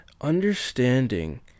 understanding